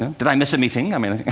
and did i miss a meeting? i mean